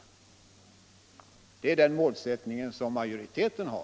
Det är den målsättningen majoriteten har.